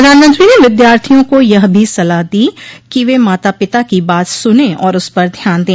प्रधानमंत्री ने विद्यार्थियों को यह भी सलाह दी कि वे माता पिता की बात सुने और उस पर ध्यान दें